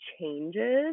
changes